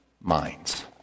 minds